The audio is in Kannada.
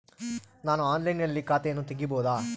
ನಾನು ಆನ್ಲೈನಿನಲ್ಲಿ ಖಾತೆಯನ್ನ ತೆಗೆಯಬಹುದಾ?